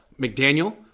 McDaniel